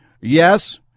yes